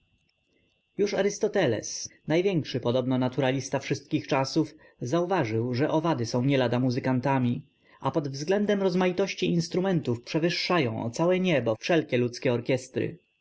już arystoteles największy podobno naturalista wszystkich czasów zauważył że owady są nie lada muzykantami a pod względem rozmaitości instrumentów przewyższają o całe niebo wszelkie ludzkie orkiestry